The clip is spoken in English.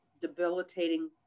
debilitating